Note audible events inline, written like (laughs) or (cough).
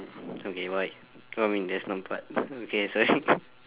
okay what what you mean there's one part okay sorry (laughs)